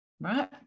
right